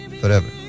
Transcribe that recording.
forever